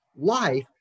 life